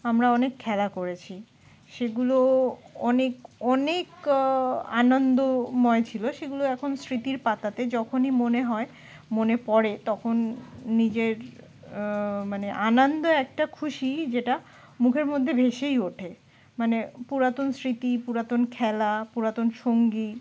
আমরা অনেক খেলা করেছি সেগুলো অনেক অনেক আনন্দময় ছিল সেগুলো এখন স্মৃতির পাতাতে যখনই মনে হয় মনে পড়ে তখন নিজের মানে আনন্দ একটা খুশি যেটা মুখের মধ্যে ভেসেই ওঠে মানে পুরাতন স্মৃতি পুরাতন খেলা পুরাতন সঙ্গী